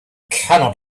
cannot